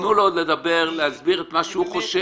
תנו לו לדבר, להסביר את מה שהוא חושב.